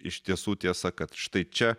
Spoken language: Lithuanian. iš tiesų tiesa kad štai čia